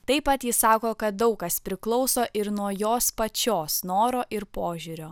taip pat jis sako kad daug kas priklauso ir nuo jos pačios noro ir požiūrio